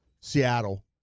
Seattle